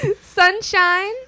sunshine